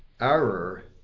Error